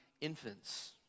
infants